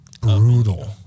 brutal